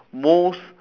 most